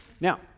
now